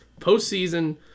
postseason